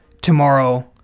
tomorrow